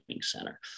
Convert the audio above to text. center